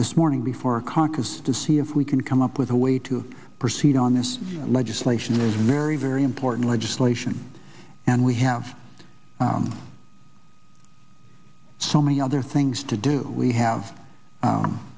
this morning before a caucus to see if we can come up with a way to proceed on this legislation a very very important legislation and we have and so many other things to do we have